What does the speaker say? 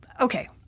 Okay